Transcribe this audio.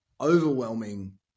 overwhelming